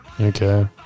Okay